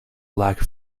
lack